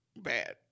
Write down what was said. Bad